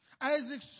Isaac